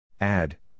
Add